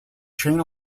chain